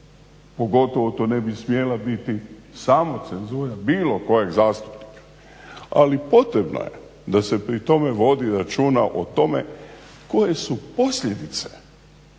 pogotovo to ne bi smjela biti samo cenzura bilo kojeg zastupnika. Ali potrebno je da se pri tome vodi računa o tome koje su posljedice